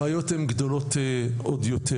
הבעיות הן גדולות עוד יותר.